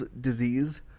disease